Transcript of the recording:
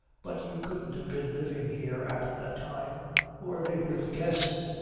but you couldn't have been living here at that time or they would have guessed.